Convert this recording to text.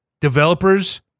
Developers